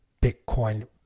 Bitcoin